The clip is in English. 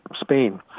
spain